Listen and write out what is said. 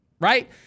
right